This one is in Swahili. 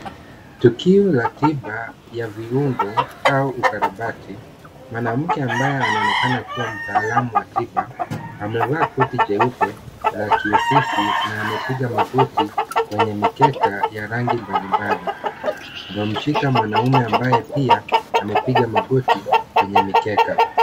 Tukio la tiba ya viungo au ukarabati. Mwanamke ambaye anaonekana kuwa mtaalamu wa tiba amevaa koti jeupe la kiofisi na amepiga magoti kwenye mikeka ya rangi mbalimbali. Anamshika mwanamume ambaye pia amepiga magoti kwenye mikeka.